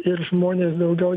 ir žmonės daugiau